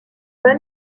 pas